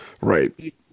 right